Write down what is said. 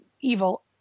evil